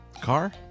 Car